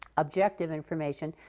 objective information.